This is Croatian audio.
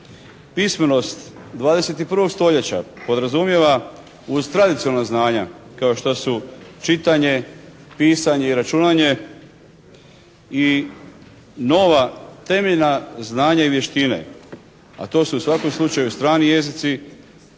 pismenost 21. stoljeća podrazumijeva uz tradicionalna znanja kao što su čitanje, pisanje i računanje i nova temeljna znanja u vještine, a to su u svakom slučaju strani jezici,